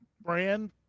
Brand